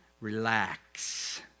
Relax